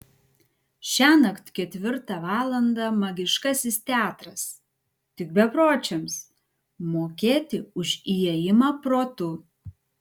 šiąnakt ketvirtą valandą magiškasis teatras tik bepročiams mokėti už įėjimą protu